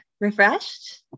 refreshed